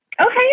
Okay